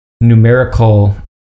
numerical